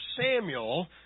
Samuel